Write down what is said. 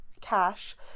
cash